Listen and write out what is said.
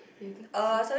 you think so